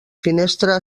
finestra